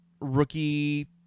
rookie